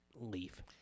leave